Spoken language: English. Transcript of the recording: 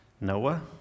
Noah